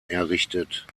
errichtet